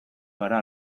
gara